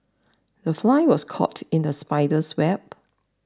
the fly was caught in the spider's web